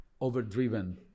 overdriven